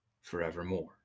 forevermore